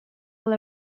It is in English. will